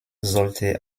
sollte